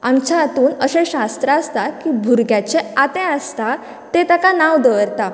आमच्या हातूंन अशें शास्त्र आसता की भुरग्याचे आते आसता ते ताका नांव दवरता